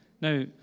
Now